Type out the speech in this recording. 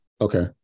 Okay